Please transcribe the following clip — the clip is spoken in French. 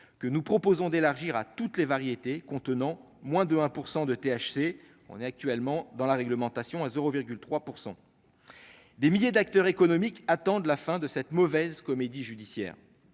que nous proposons d'élargir à toutes les variétés contenant moins de 1 % de THC on est actuellement dans la réglementation à 0,3 pour 100 des milliers d'acteurs économiques attendent la fin de cette mauvaise comédie judiciaire